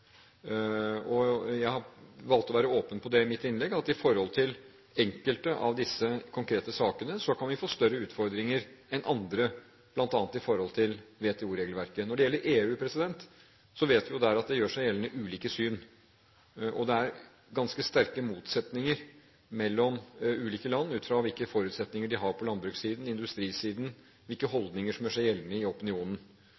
moral. Jeg valgte å være åpen på det i mitt innlegg, at i forhold til enkelte av disse konkrete sakene kan vi få større utfordringer enn i andre, bl.a. i forhold til WTO-regelverket. Når det gjelder EU, vet vi jo der at det gjør seg gjeldende ulike syn, og det er ganske sterke motsetninger mellom ulike land ut fra hvilke forutsetninger de har på landbrukssiden og på industrisiden, og hvilke